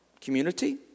community